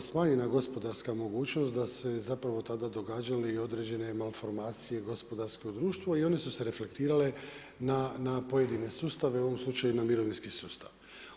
smanjena gospodarska mogućnost da su se zapravo tada događale određene malformacije gospodarskog društva i one su se reflektirale na pojedine sustave, u ovom slučaju na mirovinski sustav.